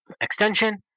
extension